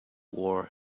war